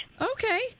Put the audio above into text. Okay